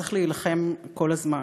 צריך להילחם כל הזמן,